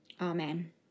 amen